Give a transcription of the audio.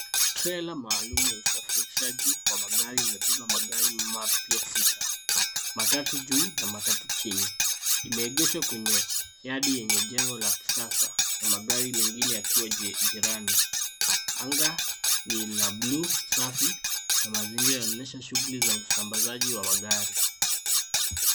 Trela maalum ya usafirishaji wa magari imebeba magari mapya sita, matatu juu na matatu chini. Lime egeshwa kwenye yard yenye jengo la kisasa na magari mengine yakiwa jirani anga ni la bluu safi na mazingira inaonyesha shughuli za usambazaji wa magari.